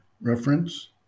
Reference